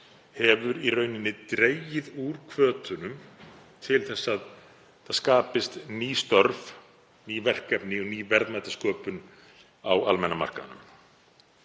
hefur í rauninni dregið úr hvötunum til þess að það skapist ný störf, ný verkefni og ný verðmætasköpun á almenna markaðnum.